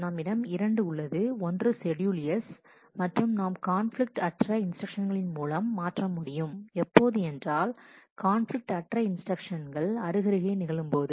நம்மிடம் இரண்டு உள்ளது ஒன்று ஷெட்யூல் S மற்றும் நாம் கான்பிலிக்ட் அற்ற இன்ஸ்டிரக்ஷன்ஸ்களின் மூலம் மாற்ற முடியும் எப்போது என்றால் கான்பிலிக்ட் அற்ற இன்ஸ்டிரக்ஷன்ஸ்கள் அருகருகே நிகழும்போது